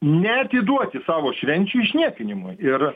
neatiduoti savo švenčių išniekinimui ir